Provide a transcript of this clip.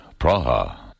Praha